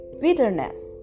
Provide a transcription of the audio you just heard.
bitterness